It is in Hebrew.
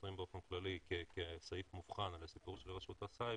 מוותרים באופן כללי כסעיף מובחן על הסיפור של רשות הסייבר,